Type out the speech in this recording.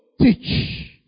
teach